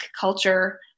culture